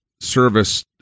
service